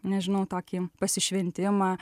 nežinau tokį pasišventimą